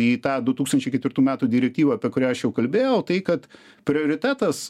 į tą du tūkstančiai ketvirtų metų direktyvą apie kurią aš jau kalbėjau tai kad prioritetas